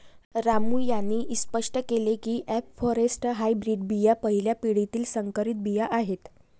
रामू यांनी स्पष्ट केले की एफ फॉरेस्ट हायब्रीड बिया पहिल्या पिढीतील संकरित बिया आहेत